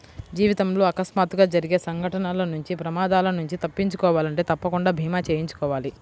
జీవితంలో అకస్మాత్తుగా జరిగే సంఘటనల నుంచి ప్రమాదాల నుంచి తప్పించుకోవాలంటే తప్పకుండా భీమా చేయించుకోవాలి